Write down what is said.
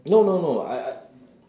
no no no I I